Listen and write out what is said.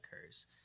occurs